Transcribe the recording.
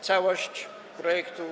Całość projektu.